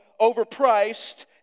overpriced